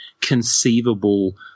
conceivable